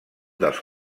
dels